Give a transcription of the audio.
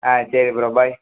ஆ சரி bro by